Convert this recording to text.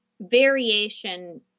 variation